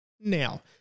now